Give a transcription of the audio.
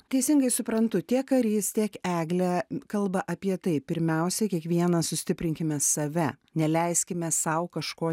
teisingai suprantu tiek karys tiek eglė kalba apie tai pirmiausia kiekvienas sustiprinkime save neleiskime sau kažko